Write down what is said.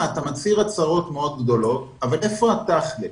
אתה מצהיר הצהרות מאוד גדולות, אבל איפה התכל'ס?